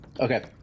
Okay